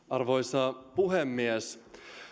arvoisa puhemies